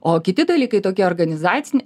o kiti dalykai tokie organizaciniai